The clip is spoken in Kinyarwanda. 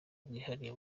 bwihariye